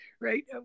right